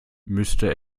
müsste